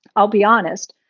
i'll be honest,